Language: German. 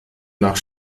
nach